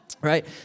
right